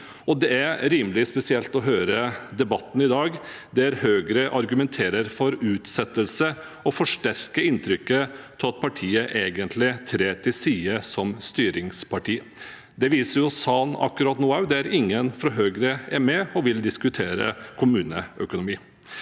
det er rimelig spesielt å høre debatten i dag, der Høyre argumenterer for utsettelse og forsterker inntrykket av at partiet egentlig trår til side som styringsparti. Det vises jo også her i salen akkurat nå, der ingen fra Høyre vil være med og diskutere kommuneøkonomi.